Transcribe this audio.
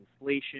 inflation